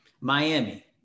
Miami